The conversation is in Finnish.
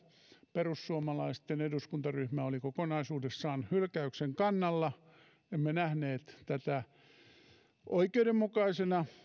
perussuomalaisten eduskuntaryhmä oli kokonaisuudessaan hylkäyksen kannalla emme nähneet tätä oikeudenmukaisena